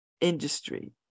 industry